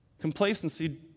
complacency